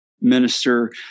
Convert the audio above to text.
minister